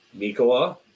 Mikola